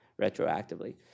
retroactively